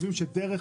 לדעתנו,